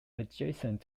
adjacent